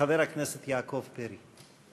חבר הכנסת יעקב פרי.